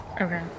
Okay